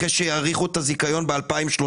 אחרי שיאריכו את הזיכיון ב-2030?